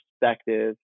perspective